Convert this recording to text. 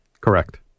Correct